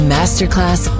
Masterclass